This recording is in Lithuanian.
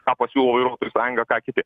ką pasiūlo vairuotojų sąjunga ką kiti